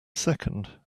second